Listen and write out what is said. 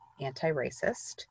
anti-racist